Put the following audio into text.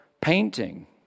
painting